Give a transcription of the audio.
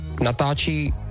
natáčí